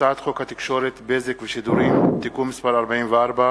הצעת חוק התקשורת (בזק ושידורים) (תיקון מס' 44),